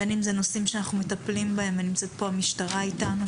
המשטרה נמצאת פה איתנו,